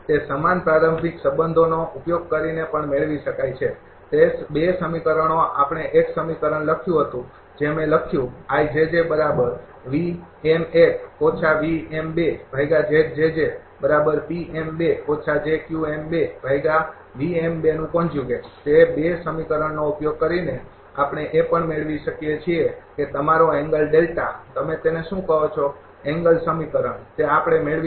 તે સમાન પ્રારંભિક સંબંધોનો ઉપયોગ કરીને પણ મેળવી શકાય છે તે ૨ સમીકરણો આપણે એક સમીકરણ લખ્યું હતું જે મેં લખ્યું તે ૨ સમીકરણનો ઉપયોગ કરીને આપણે એ પણ મેળવી શકીએ છીએ કે તમારો એંગલ તમે તેને શું કહો છો એંગલ સમીકરણ તે આપણે મેળવી શકીએ છીએ